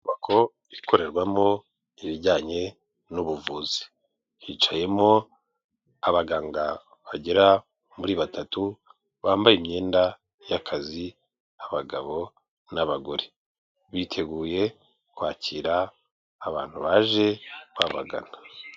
Inyubako ikorerwamo ibijyanye n'ubuvuzi, hicayemo abaganga bagera muri batatu bambaye imyenda y'akazi: abagabo n'abagore, biteguye kwakira abantu baje babagana.